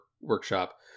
workshop